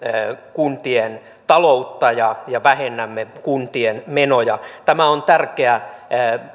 kuntien taloutta ja ja vähennämme kuntien menoja tämä on tärkeä